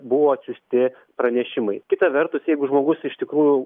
buvo atsiųsti pranešimai kita vertus jeigu žmogus iš tikrųjų